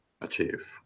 achieve